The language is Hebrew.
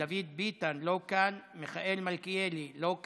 דוד ביטן, לא כאן, מיכאל מלכיאלי, לא כאן,